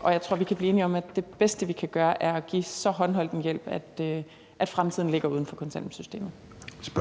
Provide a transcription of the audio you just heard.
og jeg tror, at vi kan blive enige om, at det bedste, vi kan gøre, er at give så håndholdt en hjælp, at fremtiden ligger uden for kontanthjælpssystemet. Kl.